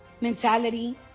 mentality